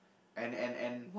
and and and